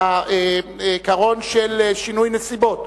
העיקרון של שינוי נסיבות.